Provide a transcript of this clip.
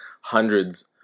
hundreds